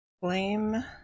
Flame